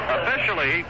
Officially